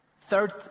Third